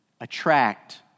attract